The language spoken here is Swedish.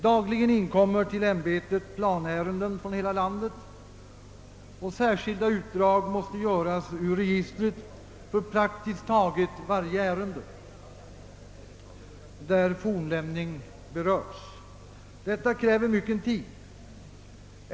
Dagligen inkommer till ämbetet planärenden från hela landet, och särskilda utdrag av registret måste göras för praktiskt taget varje ärende, där fornlämning berörs. Detta kräver mycken tid.